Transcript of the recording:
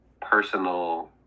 personal